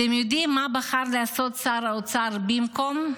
אתם יודעים מה בחר לעשות שר האוצר במקום זה?